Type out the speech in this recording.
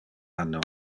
anno